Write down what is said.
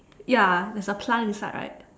ya there's a plant inside right